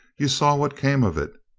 you saw what came of it.